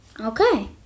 Okay